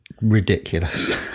ridiculous